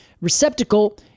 Receptacle